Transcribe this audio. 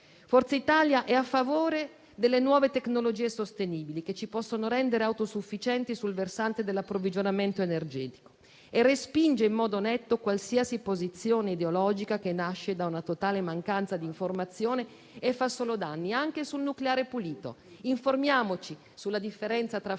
Forza Italia è a favore delle nuove tecnologie sostenibili che ci possono rendere autosufficienti sul versante dell'approvvigionamento energetico. E respinge in modo netto qualsiasi posizione ideologica che nasce da una totale mancanza di informazione e fa solo danni. Anche sul nucleare pulito, informiamoci sulla differenza tra